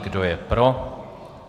Kdo je pro?